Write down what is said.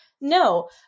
No